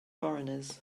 foreigners